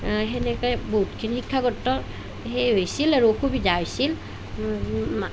সেনেকৈ বহুতখিনি শিক্ষাগত হেৰি হৈছিল আৰু অসুবিধা হৈছিল